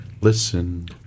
Listen